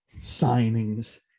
signings